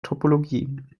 topologie